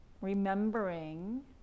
Remembering